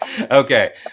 Okay